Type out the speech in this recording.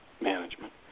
management